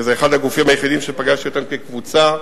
זה אחד הגופים היחידים שפגשתי כקבוצה,